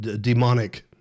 Demonic